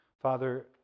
Father